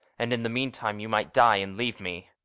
and in the meantime you might die and leave me.